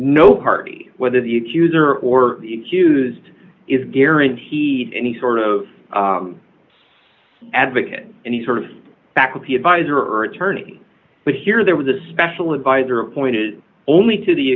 no party whether the accuser or used is guaranteed any sort of advocate any sort of faculty advisor or attorney but here there was a special advisor appointed only to the